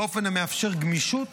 באופן המאפשר גמישות